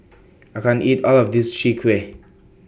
I can't eat All of This Chwee Kueh